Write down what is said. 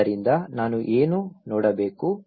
ಆದ್ದರಿಂದ ನಾನು ಏನು ನೋಡಬೇಕು